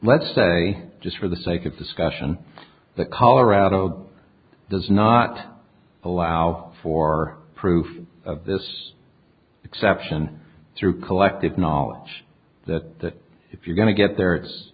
let's say just for the sake of discussion that colorado does not allow for proof of this exception through collective knowledge that that if you're going to get there it's